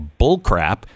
bullcrap